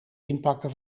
inpakken